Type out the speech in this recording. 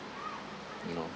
you know